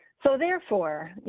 so therefore, you